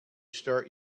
start